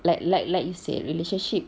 like like like you said relationship